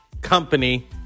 Company